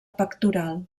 pectoral